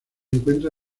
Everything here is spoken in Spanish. encuentra